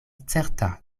certa